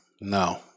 No